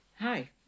Hi